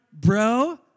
bro